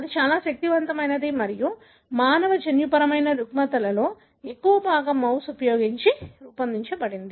అది చాలా చాలా శక్తివంతమైనది మరియు మానవ మానవ జన్యుపరమైన రుగ్మతలలో ఎక్కువ భాగం మౌస్ ఉపయోగించి రూపొందించబడింది